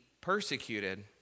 persecuted